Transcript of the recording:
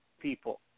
People